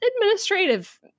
administrative